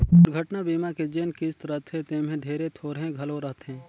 दुरघटना बीमा के जेन किस्त रथे तेम्हे ढेरे थोरहें घलो रहथे